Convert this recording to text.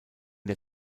der